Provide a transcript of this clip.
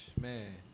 man